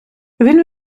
він